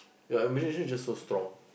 ya your imagination is just so strong